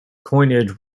coinage